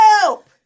Help